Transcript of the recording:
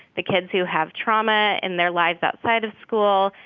the kids who have trauma in their lives outside of school,